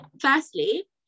Firstly